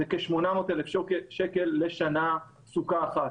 זה כ-800,000 שקל לשנה סוכה אחת.